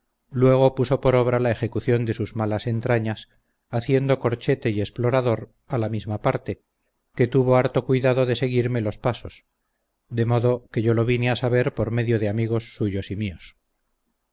luego puso por obra la ejecución de sus malas entrañas haciendo corchete y explorador a la misma parte que tuvo harto cuidado de seguirme los pasos de modo que yo lo vine a saber por medio de amigos suyos y míos